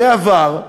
בעבר,